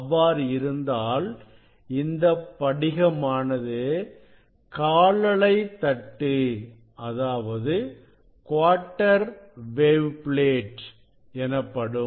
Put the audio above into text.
அவ்வாறு இருந்தால் இந்தப் படிகமானது காலலைத்தட்டுஎனப்படும்